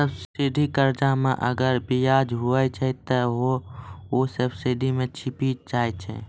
subsidy कर्जा मे अगर बियाज हुवै छै ते हौ सब्सिडी मे छिपी जाय छै